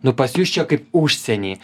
nu pas jus čia kaip užsieny